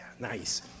Nice